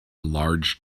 large